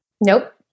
Nope